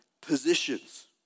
positions